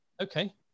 Okay